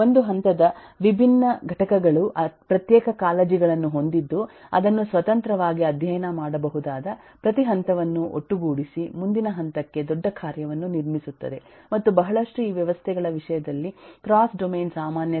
ಒಂದು ಹಂತದ ವಿಭಿನ್ನ ಘಟಕಗಳು ಪ್ರತ್ಯೇಕ ಕಾಳಜಿಗಳನ್ನು ಹೊಂದಿದ್ದು ಅದನ್ನು ಸ್ವತಂತ್ರವಾಗಿ ಅಧ್ಯಯನ ಮಾಡಬಹುದಾದ ಪ್ರತಿ ಹಂತವನ್ನು ಒಟ್ಟುಗೂಡಿಸಿ ಮುಂದಿನ ಹಂತಕ್ಕೆ ದೊಡ್ಡ ಕಾರ್ಯವನ್ನು ನಿರ್ಮಿಸುತ್ತದೆ ಮತ್ತು ಬಹಳಷ್ಟು ಈ ವ್ಯವಸ್ಥೆಗಳ ವಿಷಯದಲ್ಲಿ ಕ್ರಾಸ್ ಡೊಮೇನ್ ಸಾಮಾನ್ಯತೆಗಳಿವೆ